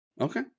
Okay